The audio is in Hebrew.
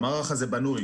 המערך הזה בנוי